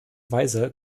weise